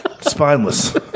Spineless